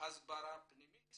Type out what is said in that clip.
הסברה פנימית